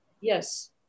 yes